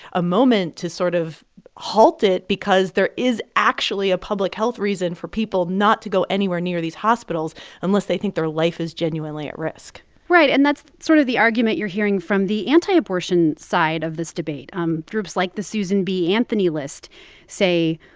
a moment to sort of halt it because there is actually a public health reason for people not to go anywhere near these hospitals unless they think their life is genuinely at risk right. and that's sort of the argument you're hearing from the anti-abortion side of this debate. um groups like the susan b. anthony list say,